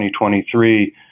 2023